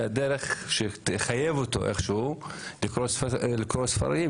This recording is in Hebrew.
זה הדרך שיחייב אותו איכשהו לקרוא ספרים,